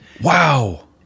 Wow